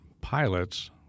pilots